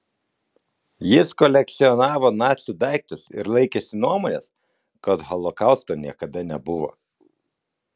jis kolekcionavo nacių daiktus ir laikėsi nuomonės kad holokausto niekada nebuvo